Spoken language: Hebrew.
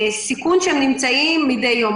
והם נמצאים בסיכון מדי יום.